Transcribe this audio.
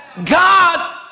God